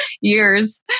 years